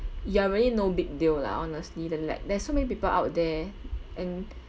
ya really no big deal lah honestly they like there's so many people out there and